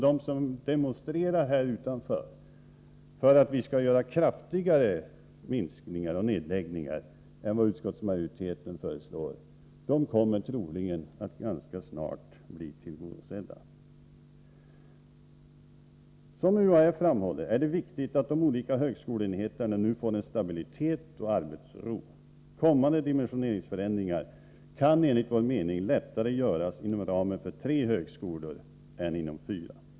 De som demonstrerar här utanför för att vi skall göra kraftigare minskningar och nedläggningar än vad utskottsmajoriteten föreslår kommer troligen att ganska snart få sitt önskemål tillgodosett. Som UHÄ framhåller är det viktigt att de olika högskoleenheterna nu får en stabilitet och en arbetsro. Kommande dimensioneringsförändringar kan enligt vår mening göras lättare inom ramen för tre högskolor än inom ramen för fyra.